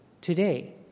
today